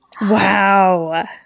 wow